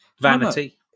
vanity